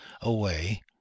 away